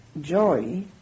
joy